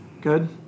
good